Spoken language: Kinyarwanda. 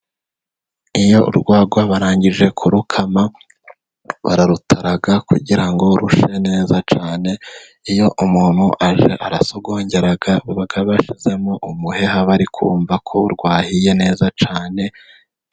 Iyo urwagwa barangije kurukama, bararutara kugira ngo rushye neza cyane, iyo umuntu aje arasogongera, bakaba bashyizemo umuheha bari kumva ko rwahiye neza cyane.